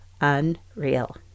Unreal